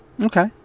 Okay